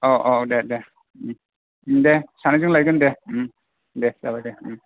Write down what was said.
अ' अ' दे दे दे सानैजों लायगोन दे दे जाबाय दे